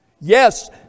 Yes